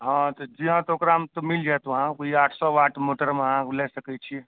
हँ तऽ जे अहाँ कहब से मिल जायत वहाँ कोई आठ सओ वाट मोटरमे अहाँ लय सकै छियै